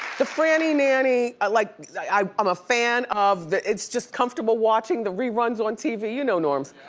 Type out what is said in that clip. the franny nanny, ah like i'm um a fan of the, it's just comfortable watching the reruns on tv, you know, norms.